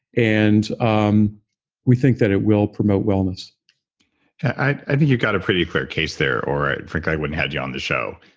and um we think that it will promote wellness i think you've got a pretty clear case there or, frankly, i wouldn't had you on the show.